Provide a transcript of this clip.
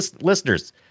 Listeners